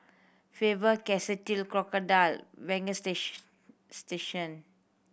Faber Castell Crocodile station